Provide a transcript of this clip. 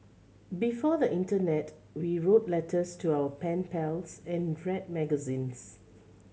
before the internet we wrote letters to our pen pals and read magazines